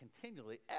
continually